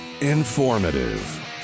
informative